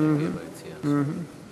עתיד להביע אי-אמון בממשלה לא